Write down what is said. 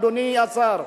אדוני השר,